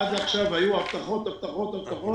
עד עכשיו היו הבטחות, הבטחות, הבטחות,